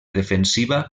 defensiva